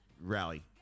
rally